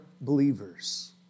believers